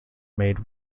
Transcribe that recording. made